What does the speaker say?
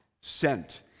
sent